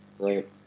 right